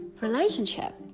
relationship